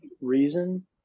reason